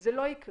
זה לא יקרה.